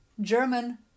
German